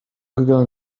google